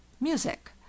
music